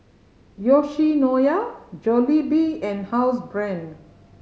Yoshinoya Jollibee and Housebrand